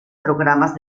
programas